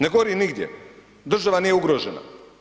Ne gori nigdje, država nije ugrožena.